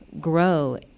grow